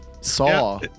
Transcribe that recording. Saw